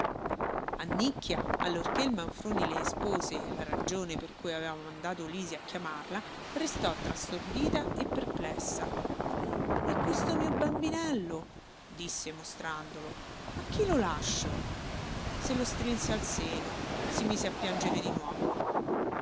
capelli annicchia allorché il manfroni le espose la ragione per cui aveva mandato lisi a chiamarla restò tra stordita e perplessa e questo mio bambinello disse mostrandolo a chi lo lascio se lo strinse al seno si mise a piangere di nuovo